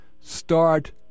start